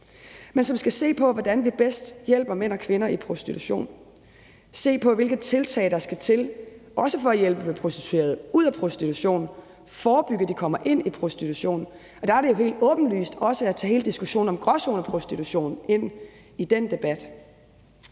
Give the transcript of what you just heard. skal se på, hvordan vi bedst hjælper mænd og kvinder i prostitution, og se på, hvilke tiltag der skal til, også for at hjælpe prostituerede ud af prostitution og forebygge, at de kommer ind i prostitution, og der er det jo helt åbenlyst også at tage hele diskussionen om gråzoneprostitution ind i den debat.